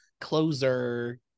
closer